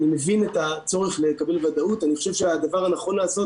אני מבין את הצורך לקבל ודאות אני חושב שהדבר הנכון לעשות